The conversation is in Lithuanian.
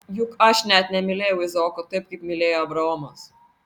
juk aš net nemylėjau izaoko taip kaip mylėjo abraomas